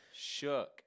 shook